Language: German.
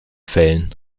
fällen